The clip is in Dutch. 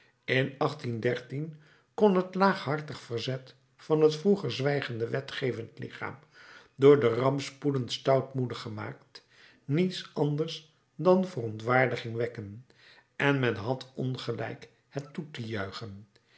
in kon het laaghartig verzet van het vroeger zwijgende wetgevend lichaam door de rampspoeden stoutmoedig gemaakt niets anders dan verontwaardiging wekken en men had ongelijk het toe te juichen